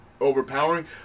overpowering